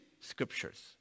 scriptures